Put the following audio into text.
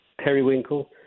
periwinkle